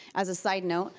as a side note,